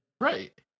Right